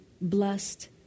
blessed